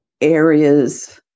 areas